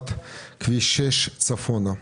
הארכת כביש 6 צפונה.